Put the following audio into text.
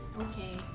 Okay